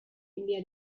enviar